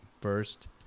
first